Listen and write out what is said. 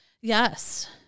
Yes